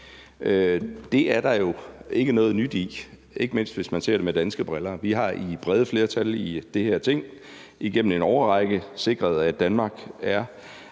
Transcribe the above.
Det er der jo ikke noget nyt i, ikke mindst hvis man ser det med danske briller. Vi har i brede flertal i det her Ting igennem en årrække sikret, at Danmark er